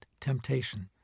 temptation